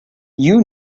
you